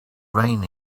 rain